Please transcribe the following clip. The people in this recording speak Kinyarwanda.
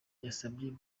yasabye